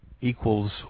equals